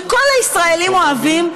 שכל הישראלים אוהבים,